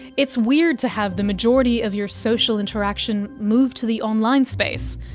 it's weird to have the majority of your social interaction moved to the online space.